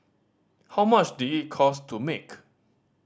how much did it cost to make